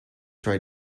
try